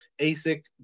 asic